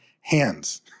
hands